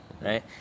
right